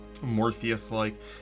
Morpheus-like